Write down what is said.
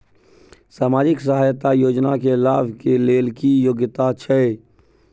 सामाजिक सहायता योजना के लाभ के लेल की योग्यता छै?